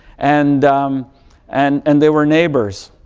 and and and they were neighbors.